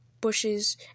bushes